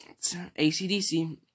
ACDC